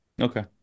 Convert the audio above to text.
Okay